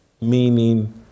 meaning